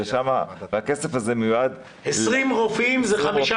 ושם הכסף הזה מיועד --- זה 60